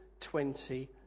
20